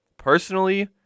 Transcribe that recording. Personally